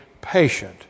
patient